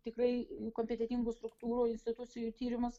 tikrai kompetentingų struktūrų institucijų tyrimus